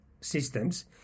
systems